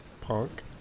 Punk